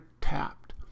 tapped